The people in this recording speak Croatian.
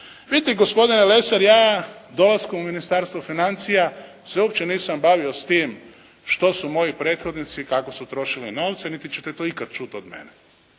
Vidite gospodine Lesar ja dolaskom u Ministarstvo financija se uopće nisam bavio s time što su moji prethodnici i kako su trošili novce niti ćete to ikada čuti od mene.